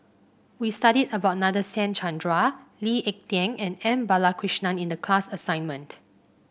we studied about Nadasen Chandra Lee Ek Tieng and M Balakrishnan in the class assignment